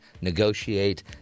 negotiate